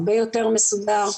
הרבה יותר מסודר.